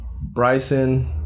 Bryson